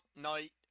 Night